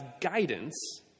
guidance